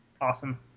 Awesome